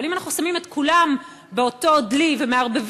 אבל אם אנחנו שמים את כולם באותו דלי ומערבבים,